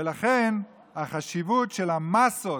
ולכן החשיבות של המאסות